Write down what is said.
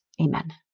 Amen